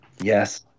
Yes